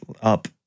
up